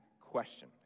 question